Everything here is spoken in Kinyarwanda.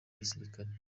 gisirikare